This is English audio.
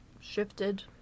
shifted